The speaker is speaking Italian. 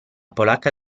polacca